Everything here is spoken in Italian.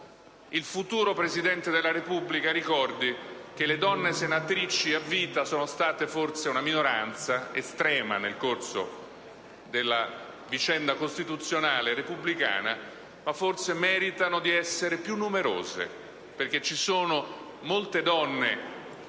il futuro Presidente della Repubblica ricordi che le donne senatrici a vita sono state una minoranza estrema nel corso della vicenda costituzionale e repubblicana, ma forse meritano di essere più numerose. Infatti, vi sono molte donne